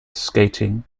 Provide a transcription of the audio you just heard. skating